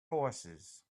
horses